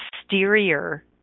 exterior